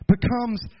becomes